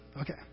Okay